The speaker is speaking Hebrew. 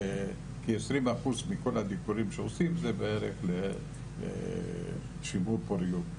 כ-20% מכל הדיקורים שעושים זה לשימור פוריות.